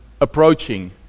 approaching